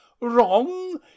wrong